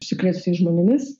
užsikrėtusiais žmonėmis